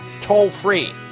toll-free